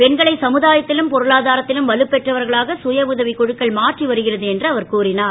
பெண்களை சமுதாயத்திலும் பொருளாதாரத்திலும் வலுப்பெற்றவர்களாக சுய உதவிக் குழுக்கள் மாற்றி வருகிறது என்று அவர் கூறினார்